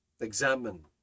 examine